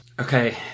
Okay